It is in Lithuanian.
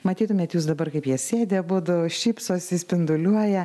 matytumėt jūs dabar kaip jie sėdi abudu šypsosi spinduliuoja